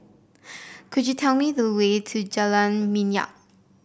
could you tell me the way to Jalan Minyak